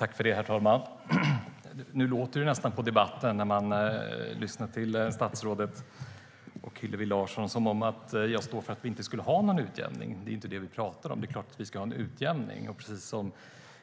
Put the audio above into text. Herr talman! När jag lyssnar till statsrådet och Hillevi Larsson låter det nästan som att jag står för att det inte skulle finnas någon utjämning. Det är inte det vi pratar om; det är klart att vi ska ha det.